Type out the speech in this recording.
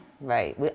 right